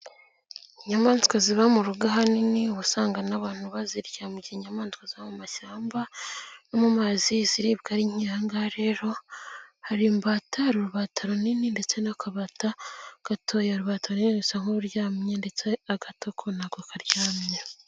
Inyamaswa ziba mu rugo ahanini uba usanga n'abantu bazirya, mu gihe inyamaswa zo mu mashyamba no mu mazi iziribwa ari nke, aha ngaha rero hari imbata, hari urubata runini ndetse n'akabata gatoya, urubata runini rusa n'uryamye ndetse agato ko nako karyamye.